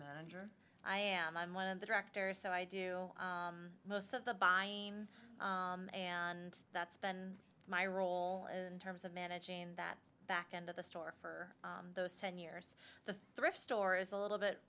manager i am i'm one of the directors so i do most of the buying and that's been my role in terms of managing that back end of the store for those ten years the thrift store is a little bit